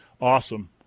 awesome